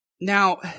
Now